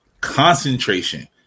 concentration